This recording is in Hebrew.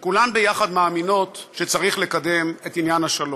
שכולן יחד מאמינות שצריך לקדם את עניין השלום,